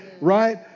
right